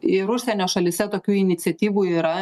ir užsienio šalyse tokių iniciatyvų yra